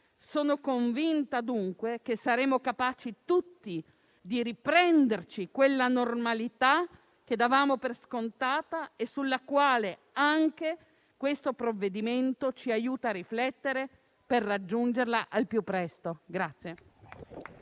Sono convinta, dunque, che saremo capaci tutti di riprenderci quella normalità che davamo per scontata e sulla quale anche questo provvedimento ci aiuta a riflettere per raggiungerla al più presto.